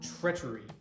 treachery